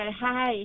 hi